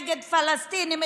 נגד פלסטינים,